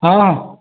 ହଁ ହଁ